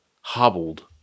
hobbled